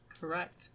Correct